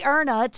Erna